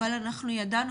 אבל אנחנו ידענו